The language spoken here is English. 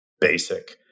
basic